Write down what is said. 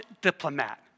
diplomat